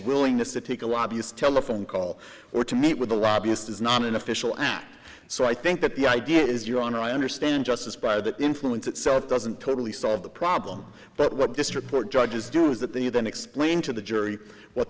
willingness to take a lobbyist telephone call or to meet with a lobbyist is not an official act so i think that the idea is your honor i understand justice by the influence itself doesn't totally solve the problem but what district court judges do that then you then explain to the jury what